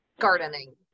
gardening